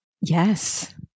Yes